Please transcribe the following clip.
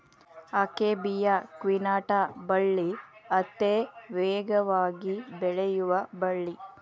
akebia ಕ್ವಿನಾಟ ಬಳ್ಳಿ ಅತೇ ವೇಗವಾಗಿ ಬೆಳಿಯು ಬಳ್ಳಿ